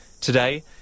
Today